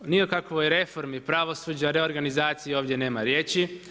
Ni o kakvoj reformi pravosuđa, reorganizaciji ovdje nema riječi.